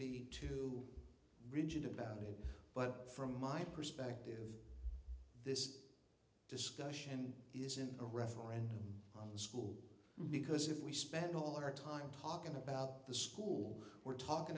be too rigid about it but from my perspective this discussion isn't a referendum on the school because if we spend all our time talking about the school we're talking